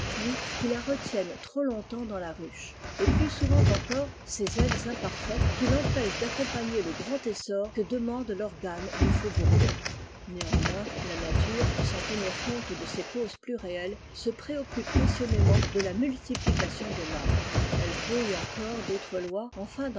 qui la retiennent trop longtemps dans la ruche et plus souvent encore ses ailes imparfaites qui l'empêchent d'accompagner le grand essor que demande l'organe du faux-bourdon néanmoins la nature sans tenir compte de ces causes plus réelles se préoccupe passionnément de la multiplicalion des mâles elle brouille encore d'autres lois afin